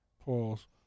Pause